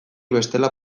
bestela